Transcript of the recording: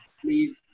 please